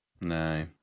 no